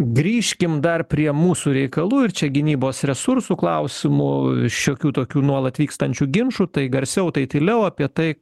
grįžkim dar prie mūsų reikalų ir čia gynybos resursų klausimų šiokių tokių nuolat vykstančių ginčų tai garsiau tai tyliau apie tai